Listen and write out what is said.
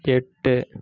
எட்டு